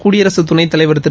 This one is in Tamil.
குடியரசுத் துணைத் தலைவர் திரு